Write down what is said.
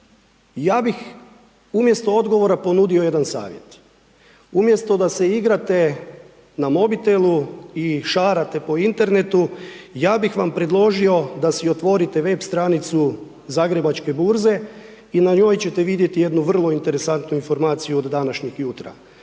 Ja bih umjesto odgovora ponudio jedan savjet. Umjesto da se igrate na mobitelu i šarate po internetu, ja bih vam predložio da si otvorite web stranicu Zagrebačke burze i na njoj ćete vidjeti jednu vrlo interesantnu informaciju od današnjeg jutra.